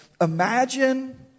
Imagine